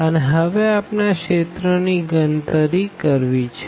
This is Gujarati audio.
અને હવે આપણે આ રીજિયન ની ગણતરી કરવી છે